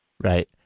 Right